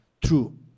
true